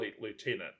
Lieutenant